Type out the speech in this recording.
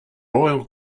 royal